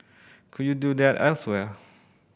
could you do that elsewhere